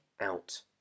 out